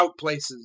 outplaces